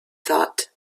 thought